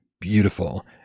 beautiful